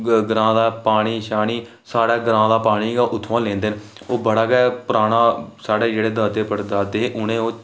ग्रांऽ दा पानी सारे ग्रांऽ दा पानी गै उत्थुआं लैंदे न ओह् बड़ा गै पराना साढ़े जेह्ड़े दादे परदादे ओह्